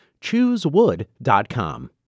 Choosewood.com